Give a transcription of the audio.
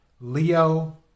Leo